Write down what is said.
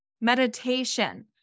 meditation